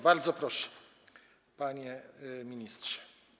Bardzo proszę, panie ministrze.